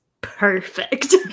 perfect